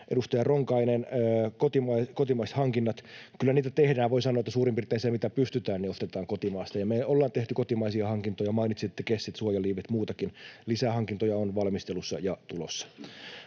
Edustaja Ronkainen: kotimaiset hankinnat. Kyllä niitä tehdään. Voi sanoa, että suurin piirtein se, mitä pystytään, ostetaan kotimaasta, ja me ollaan tehty kotimaisia hankintoja. Mainitsitte kessit, suojaliivit. Muitakin lisähankintoja on valmistelussa ja tulossa.